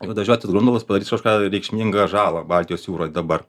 juodažiotis grundalas padarys kažką reikšmingą žala baltijos jūroj dabar